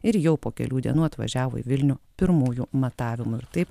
ir jau po kelių dienų atvažiavo į vilnių pirmųjų matavimų ir taip